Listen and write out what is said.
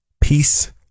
peace